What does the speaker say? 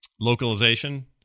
localization